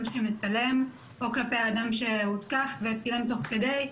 שמצלם או כלפי האדם שהותקף וצילם תוך כדי,